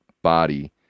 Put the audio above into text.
body